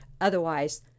Otherwise